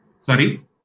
Sorry